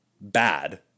bad